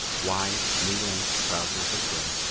wide, knee-length trousers of gray,